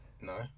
No